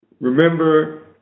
remember